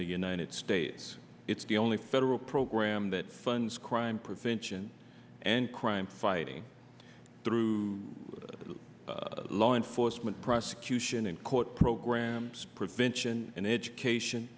the united states it's the only federal program that funds crime prevention and crime fighting through law enforcement prosecution and court programs prevention and education